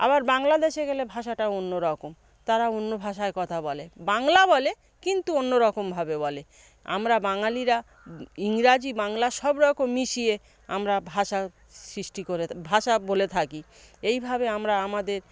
আবার বাংলাদেশে গেলে ভাষাটা অন্য রকম তারা অন্য ভাষায় কথা বলে বাংলা বলে কিন্তু অন্য রকমভাবে বলে আমরা বাঙালিরা ইংরাজি বাংলা সব রকম মিশিয়ে আমরা ভাষা সৃষ্টি করে ভাষা বলে থাকি এই ভাবে আমরা আমাদের